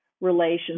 relations